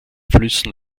flüssen